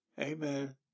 Amen